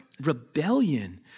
rebellion